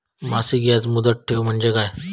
मासिक याज मुदत ठेव म्हणजे काय?